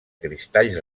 cristalls